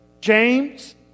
James